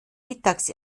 mittags